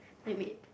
wait wait